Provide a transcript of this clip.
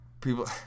People